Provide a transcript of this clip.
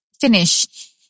finish